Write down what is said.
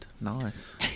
Nice